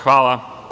Hvala.